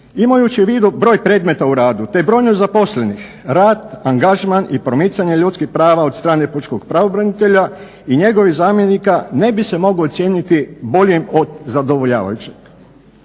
Imajući u vidu broj predmeta u radu te brojnost zaposlenih rad, angažman i promicanje ljudskih prava od strane pučkog pravobranitelja i njegovih zamjenika ne bi se moglo ocijeniti boljim od zadovoljavajućeg.